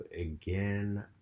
again